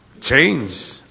change